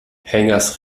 helgas